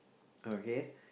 okay